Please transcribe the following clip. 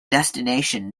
destination